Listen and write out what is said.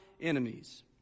enemies